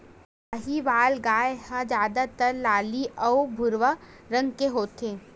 साहीवाल गाय ह जादातर लाली अउ भूरवा रंग के होथे